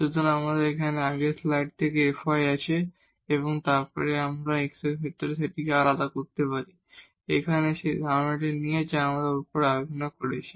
সুতরাং এখানে আমাদের আগের স্লাইড থেকে fy আছে এবং তারপরে আমরা x এর ক্ষেত্রে এটিকে আলাদা করতে পারি এখানে সেই ধারণাটি নিয়ে যা আমরা উপরে আলোচনা করেছি